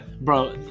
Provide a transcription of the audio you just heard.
Bro